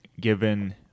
given